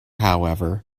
however